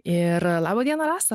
ir labą dieną rasa